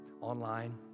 online